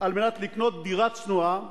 על מנת לקנות דירה צנועה,